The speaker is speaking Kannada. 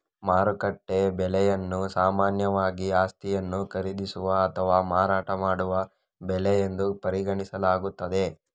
ಮಾರುಕಟ್ಟೆ ಬೆಲೆಯನ್ನು ಸಾಮಾನ್ಯವಾಗಿ ಆಸ್ತಿಯನ್ನು ಖರೀದಿಸುವ ಅಥವಾ ಮಾರಾಟ ಮಾಡುವ ಬೆಲೆ ಎಂದು ಪರಿಗಣಿಸಲಾಗುತ್ತದೆ